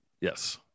Yes